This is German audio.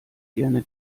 gerne